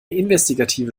investigative